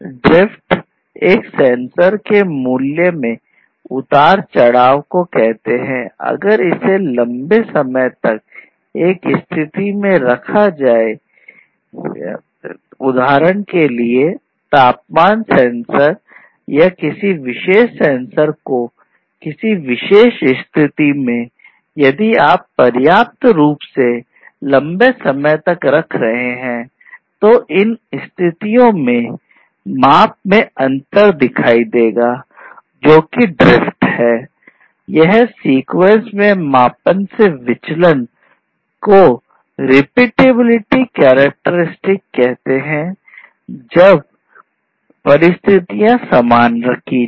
drift समान रखी जाए